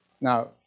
Now